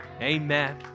Amen